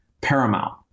paramount